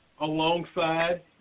alongside